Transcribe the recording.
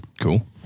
cool